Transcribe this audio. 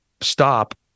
stop